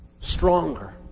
stronger